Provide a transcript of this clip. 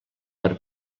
per